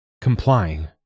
Complying